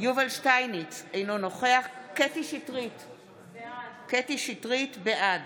יובל שטייניץ, אינו נוכח קטי קטרין שטרית, בעד